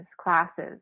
classes